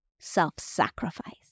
self-sacrifice